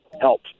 help